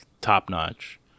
top-notch